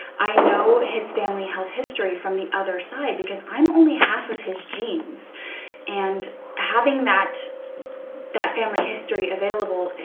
i know his family health history from the other side because i'm only half of his genes and having that that family history available,